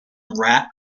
rat